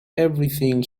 everything